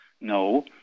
No